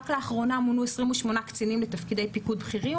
רק לאחרונה מונו 28 קצינים בתפקידי פיקוד בכירים,